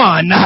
One